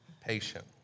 patient